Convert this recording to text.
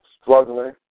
struggling